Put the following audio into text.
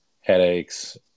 Headaches